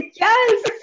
Yes